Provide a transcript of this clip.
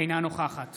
אינה נוכחת